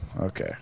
okay